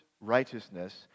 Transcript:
righteousness